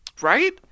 Right